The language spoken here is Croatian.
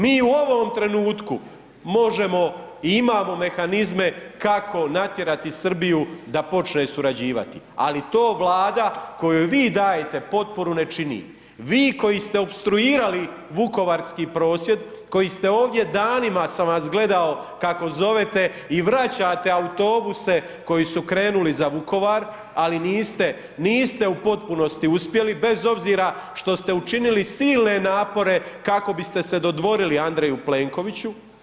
Mi u ovom trenutku možemo i imamo mehanizme kako natjerati Srbiju da počne surađivati, ali to Vlada kojoj vi dajete potporu ne čini, vi koji ste opstruirali vukovarski prosvjed, koji ste ovdje danima sam vas gledao kako zovete i vraćate autobuse koji su krenuli za Vukovar, ali niste, niste u potpunosti uspjeli, bez obzira što ste učinili silne napore kako biste se dodvorili Andreju Plenkoviću.